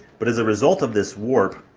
but as a result of this warp,